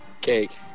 Cake